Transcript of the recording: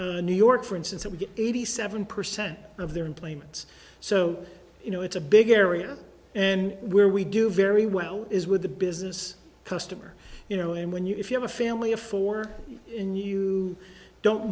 new york for instance it would be eighty seven percent of their employment so you know it's a big area and where we do very well is with a business customer you know and when you if you have a family of four and you don't